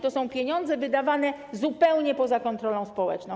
To są pieniądze wydawane zupełnie poza kontrolą społeczną.